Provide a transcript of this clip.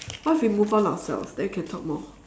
what if we move on ourselves then we can talk more